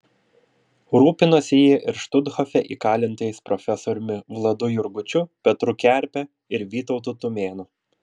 rūpinosi ji ir štuthofe įkalintais profesoriumi vladu jurgučiu petru kerpe ir vytautu tumėnu